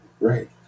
Right